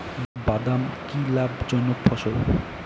বাদাম কি লাভ জনক ফসল?